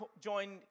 joined